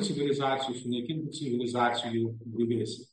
civilizacija sunaikinta civilizacijų griuvėsiai